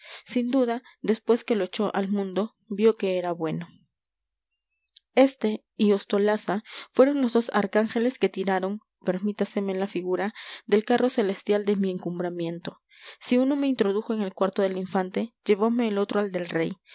sin duda después que lo echó al mundo vio que era bueno este y ostolaza fueron los dos arcángeles que tiraron permítaseme la figura del carro celestial de mi encumbramiento si uno me introdujo en el cuarto del infante llevome el otro al del rey